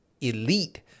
elite